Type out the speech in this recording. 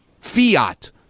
Fiat